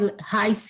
high